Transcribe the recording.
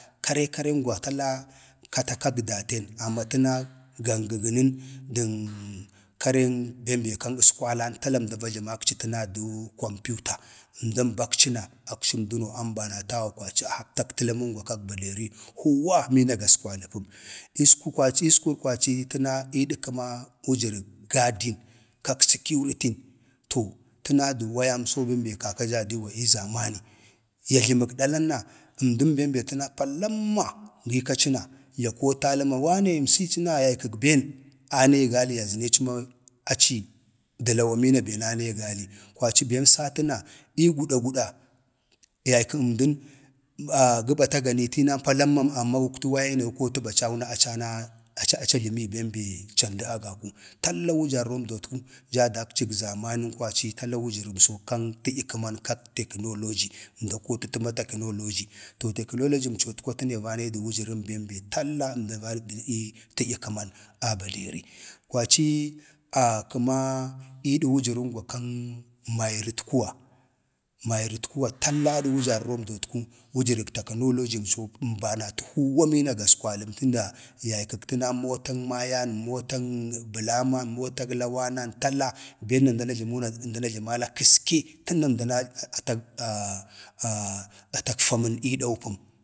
kare karengwa tala kata kag datən amma təna gangənon dən karen bem be kan əskwalan tala amok va jləmakci duu kompiuta, əmdan bakci na akci əmdəno ambanatawa kwaci a haptak təlaməngwa kak baderi huuwa mina gaskwdəpəm. isku kwaci isku kwaci əna iidək kəma wujərək gadin, kak səkiwrtin, to təna dən wayamso bem be kaka jaa diiwa ii zamanən ya jləmək dalanna əmdən bem be təna palamma ya dala dali na ya kootali ma wane əmsanəci na yaykək ben ya zənəci ma aci də lawa mina ben anee gali. kwaci ben satə na ii guda guda yaykən əmdan gə bata gani tinaləm amma guleta wayayi na gə kotu bacaw na acə ana, aci a jləməgi bem be candu agaku talla wujərromdotku daa dakcig zamanən kwaci tala wujərəmso kan tədya kəman kak tekənoloji, əmdan kootətu ma təkənologi, to tekənolojimcotku atu vanayi də, wujərəm bem be talla əmda vanayidu ii tədyə kəman a baderi kwacii kəma kəma iidən wujərəngwa kən mairitkuwa, mairtitkuwa talla adə wujərromdotku wujərək tekandojimco əmbanata huuwa mina gaskwaləm tunda yaykag təna motak mayam, motən bəlaman, motən lawanan tala ben na əmdan ajləmu na əmdan a jləmala kəske tunda əmdan atak famən eedoo pəm